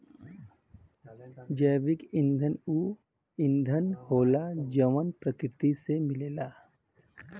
जैविक ईंधन ऊ ईंधन होला जवन प्रकृति से मिलेला